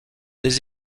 des